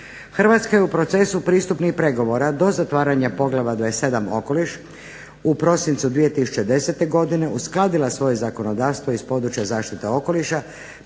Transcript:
Hrvatska je u procesu pristupnih pregovora do zatvaranja poglavlja 27. Okoliš u prosincu 2010. godine uskladila svoje zakonodavstvo iz područja zaštite okoliša